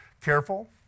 Careful